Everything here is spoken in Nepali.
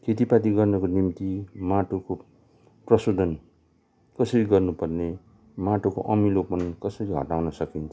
खेतीपाती गर्नको निम्ति माटोको प्रशोधन कसरी गर्नुपर्ने माटोको अमिलोपन कसरी हटाउन सकिन्छ